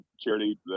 charity